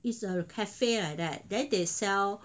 It's a cafe like that then they sell